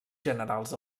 generals